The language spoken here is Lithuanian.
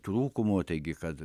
trūkumų taigi kad